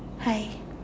hi